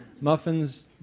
Muffins